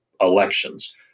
elections